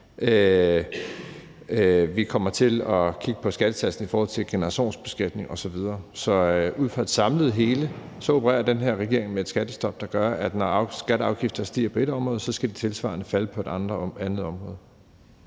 vi kommer til at kigge på skattesatsen i forhold til generationsbeskatning osv. Så ud fra et samlet hele opererer den her regering med et skattestop, der gør, at når skatter og afgifter stiger på ét område, skal de falde tilsvarende på et andet område.